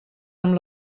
amb